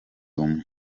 umwe